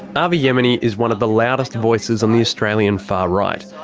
avi yemini is one of the loudest voices on the australian far right.